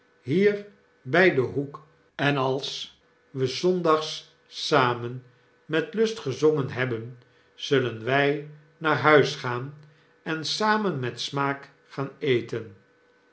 hier by den hoek en als we s zondags samen met lust gezongen hebben zullen wy naar huis gaan efi samen met smaak gaan eten